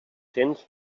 cents